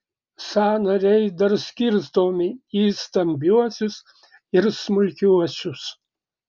sąnariai dar skirstomi į stambiuosius ir smulkiuosius